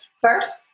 First